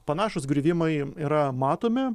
panašūs griuvimai yra matomi